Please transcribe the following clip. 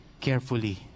carefully